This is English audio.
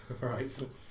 Right